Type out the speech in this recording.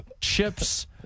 Chips